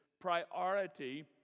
priority